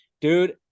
dude